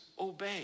obey